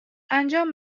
انجام